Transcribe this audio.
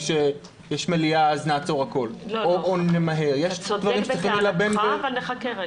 ונראה מה עושים מעבר לתקצוב הקבוע.